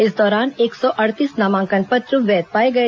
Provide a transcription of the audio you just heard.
इस दौरान एक सौ अड़तीस नामांकन पत्र वैध पाए गए